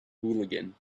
hooligan